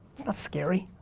scary.